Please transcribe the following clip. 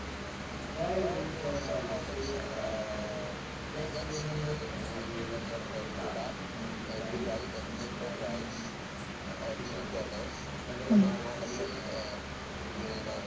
um